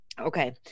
okay